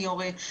אני יורה.